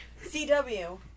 cw